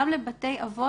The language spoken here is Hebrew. גם לבתי אבות,